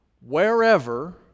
Wherever